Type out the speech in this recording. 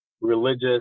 religious